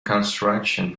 construction